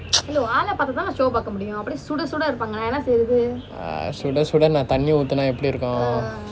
ah சுட சுட நான் தண்ணி ஊத்துனா எப்படி இருக்கும்:suda suda naan thanni uthunna eppadi irukkum